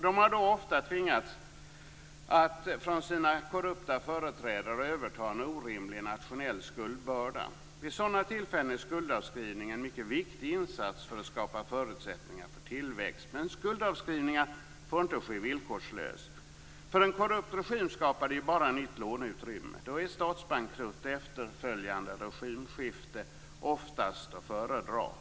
De har då ofta tvingats att från sina korrupta företrädare överta en orimlig nationell skuldbörda. Vid sådana tillfällen är skuldavskrivning en mycket viktig insats för att skapa förutsättningar för tillväxt. Men skuldavskrivningar får inte ske villkorslöst - för en korrupt regim skapar det ju bara nytt låneutrymme. Då är statsbankrutt med efterföljande regimskifte oftast att föredra.